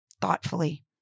thoughtfully